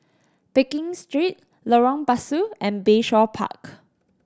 Pekin Street Lorong Pasu and Bayshore Park